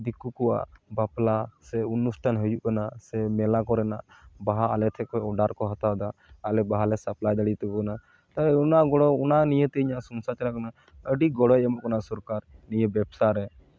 ᱫᱤᱠᱩ ᱠᱚᱣᱟᱜ ᱵᱟᱯᱞᱟ ᱥᱮ ᱚᱱᱚᱩᱴᱷᱟᱱ ᱦᱩᱭᱩᱜ ᱠᱟᱱᱟ ᱥᱮ ᱢᱮᱞᱟ ᱠᱚᱨᱮᱱᱟᱜ ᱵᱟᱦᱟ ᱟᱞᱮ ᱴᱷᱮᱱ ᱠᱷᱚᱱ ᱚᱰᱟᱨ ᱠᱚ ᱦᱟᱛᱟᱣᱮᱫᱟ ᱟᱞᱮ ᱵᱟᱦᱟᱞᱮ ᱥᱟᱯᱲᱟᱣ ᱫᱟᱲᱮ ᱟᱠᱚ ᱠᱟᱱᱟ ᱛᱟᱦᱚᱞᱮ ᱚᱱᱟ ᱜᱚᱲᱚ ᱚᱱᱟ ᱱᱤᱭᱮᱛᱮ ᱤᱧᱟᱹᱜ ᱥᱚᱝᱥᱟᱨ ᱪᱟᱞᱟᱜ ᱠᱟᱱᱟ ᱟᱹᱰᱤ ᱜᱚᱲᱚᱭ ᱮᱢᱚᱜ ᱠᱟᱱᱟ ᱥᱚᱨᱠᱟᱨ ᱱᱤᱭᱟᱹ ᱵᱮᱵᱽᱥᱟ ᱨᱮ